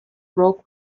rock